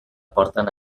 porten